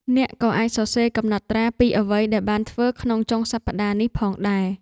អ្នកក៏អាចសរសេរកំណត់ត្រាពីអ្វីដែលបានធ្វើក្នុងចុងសប្តាហ៍នេះផងដែរ។